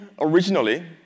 originally